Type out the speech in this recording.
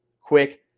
quick